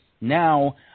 now